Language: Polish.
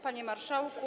Panie Marszałku!